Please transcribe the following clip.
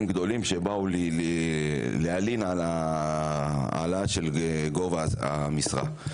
גדולים שבאו להלין על העלאת גובה המשרה.